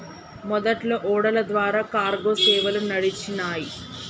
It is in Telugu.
మొదట్లో ఓడల ద్వారా కార్గో సేవలు నడిచినాయ్